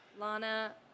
Lana